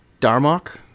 Darmok